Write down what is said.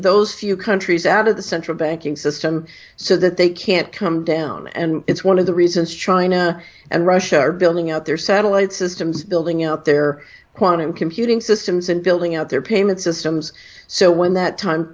those few countries out of the central banking system so that they can't come down and it's one of the reasons china and russia are building out their satellite systems building out their quantum computing systems and building out their payment systems so when that time